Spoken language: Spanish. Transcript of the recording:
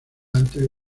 antes